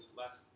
less